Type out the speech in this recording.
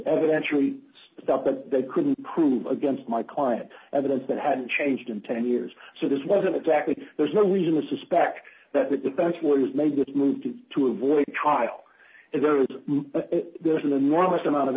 entry stuff that they couldn't prove against my client evidence that hadn't changed in ten years so this wasn't exactly there's no reason to suspect that the defense lawyers made with move to avoid trial if there is an enormous amount of